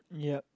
yup